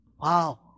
Wow